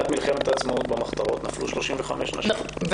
עד מלחמת העצמאות במחתרות נפלו 35 נשים,